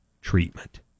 treatment